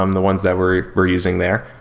um the ones that were we're using there.